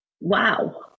wow